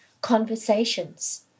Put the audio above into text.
conversations